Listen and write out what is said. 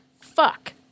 fuck